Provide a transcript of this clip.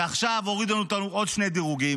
ועכשיו הורידו אותנו עוד שני דירוגים.